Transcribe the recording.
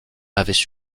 avaient